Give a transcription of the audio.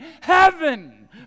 heaven